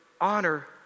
honor